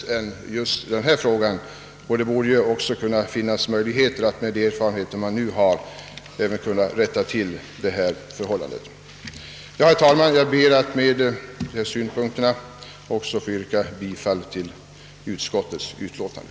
Med de erfarenheter vi nu har borde det vara möjligt att rätta till det förhållandet. Herr talman! Jag ber att med dessa synpunkter få yrka bifall till utskottets hemställan.